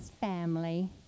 family